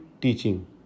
teaching